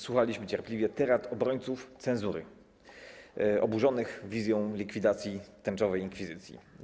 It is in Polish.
Słuchaliśmy cierpliwie tyrad obrońców cenzury oburzonych wizją likwidacji tęczowej inkwizycji.